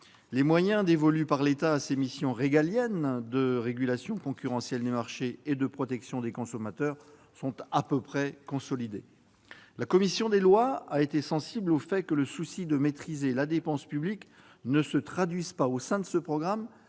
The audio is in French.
les moyens dévolus par l'État à ses missions régaliennes de régulation concurrentielle des marchés et de protection des consommateurs sont à peu près consolidés. La commission des lois a été sensible au fait que le souci de maîtriser la dépense publique se traduise au sein de ce programme